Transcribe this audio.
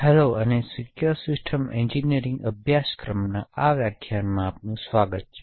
hello અને secure system engineering અભ્યાસક્રમના આ વ્યાખ્યાનમાં આપનું સ્વાગત છે